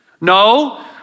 No